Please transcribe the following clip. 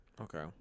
Okay